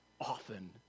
often